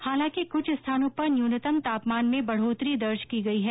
हालाकि क्छ स्थानों पर न्यूनतम तापमान में बढोतरी दर्ज की गई है